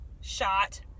shot